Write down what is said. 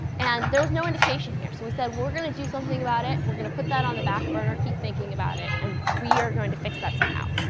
and there was no indication here. so we said, well, we're going to do something about it. we're going to put that on the back burner, keep thinking about it. and we are going to fix that somehow.